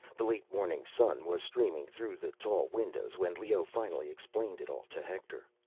the late morning sun was streaming through the tall windows when leoh finally explained it all to hector.